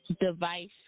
device